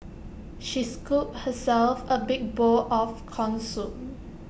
she scooped herself A big bowl of Corn Soup